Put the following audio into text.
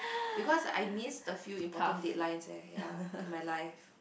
because I missed a few important deadlines eh ya in my life